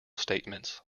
statements